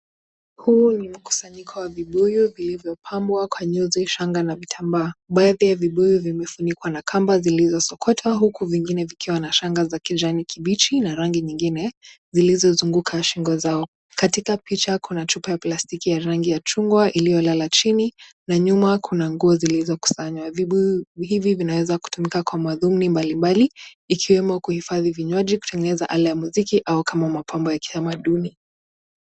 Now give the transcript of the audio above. Huu ni mkusanyiko wa vibuyu vilivyopambwa kwa nyuzi shanga na vitambaa, baadhi ya vibuyu vimefunikwa na kamba zilizosokotwa huku vingine vikiwa na shanga za kijanikibichi na rangi nyingine zilizo zunguka shingo zao, katika picha kuna chupa ya plastiki ya rangi ya chungwa ilio lala chini na nyuma kuna nguo zilizokusanywa, vibuyu hivi vinaweza kutumika kwa mathumuni mbalimbali ikiwemo kuhifadhi vinywaji, kutengeneza ala ya muziki au kama mapambo ya kitamaduni.